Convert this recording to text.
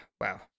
wow